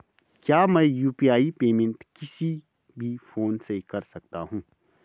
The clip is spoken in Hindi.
क्या मैं यु.पी.आई पेमेंट किसी भी फोन से कर सकता हूँ?